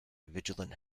vigilant